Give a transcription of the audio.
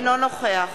(קוראת בשמות חברי הכנסת) יצחק כהן, אינו נוכח